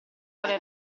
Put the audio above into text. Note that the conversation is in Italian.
vuole